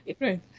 Right